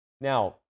Now